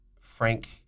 Frank